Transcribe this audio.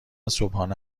صبحانه